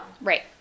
Right